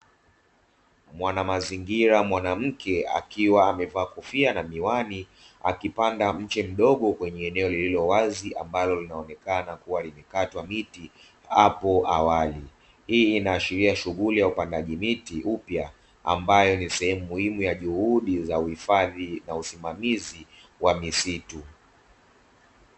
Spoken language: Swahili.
Mwanamazingira mwanamke akiwa amevaa kofia na miwani, akipanda mche mdogo kwenye mazingira yaliyo wazi ambalo linaonekana limekatwa miti hapo awali, hii inaashiria shunghuli ya upandaji miti upya, ambayo ni sehemu muhimu ya juhudi na uhifadhi na usimamizi wa misitu.